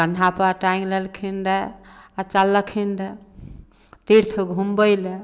कन्हापर टाङ्गि लेलखिन रहय आ चललखिन रहय तीर्थ घुमबय लेल